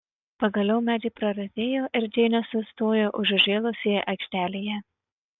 pagaliau medžiai praretėjo ir džeinė sustojo užžėlusioje aikštelėje